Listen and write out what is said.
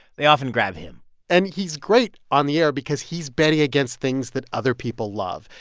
they often grab him and he's great on the air because he's betting against things that other people love.